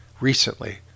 Recently